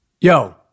Yo